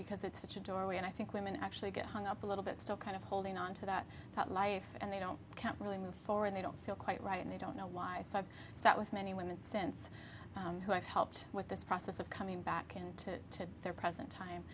because it's such a doorway and i think women actually get hung up a little bit still kind of holding on to that life and they don't can't really move forward they don't feel quite right and they don't know why so i've sat with many women since who have helped with this process of coming back and to their present time